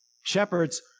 Shepherds